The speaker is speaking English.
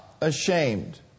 ashamed